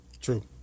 True